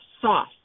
sauce